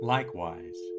Likewise